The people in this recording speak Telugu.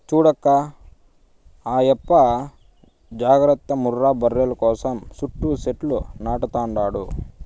చూడక్కా ఆయప్ప జాగర్త ముర్రా బర్రెల కోసం సుట్టూ సెట్లు నాటతండాడు